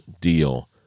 Deal